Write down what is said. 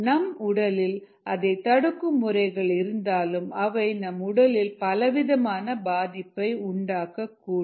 நம் உடலில் அதை தடுக்கும் முறைகள் இருந்தாலும் அவை நம் உடலில் பலவிதமான பாதிப்பை உண்டாக்கக் கூடும்